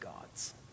God's